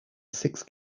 six